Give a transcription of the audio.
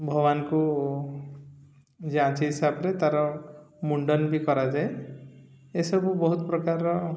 ଭଗବାନଙ୍କୁ ଯାଚି ହିସାବରେ ତାର ମୁଣ୍ଡନ ବି କରାଯାଏ ଏସବୁ ବହୁତ ପ୍ରକାରର